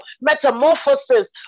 metamorphosis